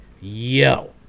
yo